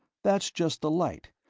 that's just the light,